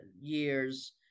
years